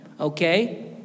Okay